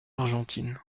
argentine